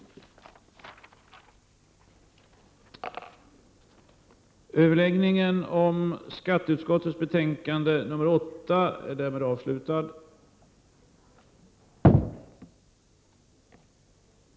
Kammaren övergick till att fatta beslut i ärendet. På förslag av talmannen beslöt kammaren härefter kl. 14.05 att ajournera förhandlingarna till kl. 14.30, då dagens frågestund skulle börja. Frågestunden skulle inledas med meddelande av statsrådet Lena Hjelm-Wallén om bistånd till skuldtyngda länder.